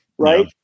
right